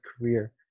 career